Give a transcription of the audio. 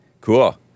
Cool